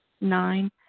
Nine